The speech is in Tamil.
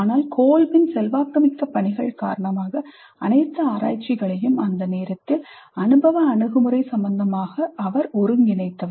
ஆனால் Kolbன் செல்வாக்குமிக்க பணிகள் காரணமாக அனைத்து ஆராய்ச்சிகளையும் அந்த நேரத்தில் அனுபவ அணுகுமுறை சம்பந்தமாக அவர் ஒருங்கிணைத்தவர்